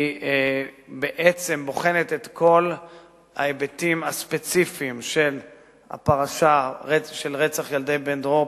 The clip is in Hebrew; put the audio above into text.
היא בעצם בוחנת את כל ההיבטים הספציפיים של פרשת רצח ילדי בן-דרור,